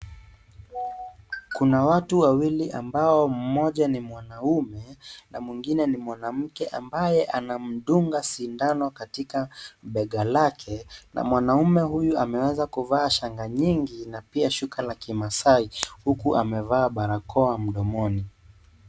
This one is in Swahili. Kuna watu wawili ambao mmoja wao ni mwanaume na mwingine ni mwanamke ambaye anamdunga sindano katika bega lake, na mwanaume huyu ameweza kuvaa shanga nyingi na pia shuka ya kimasai huku amevaa barakoa mdomoni.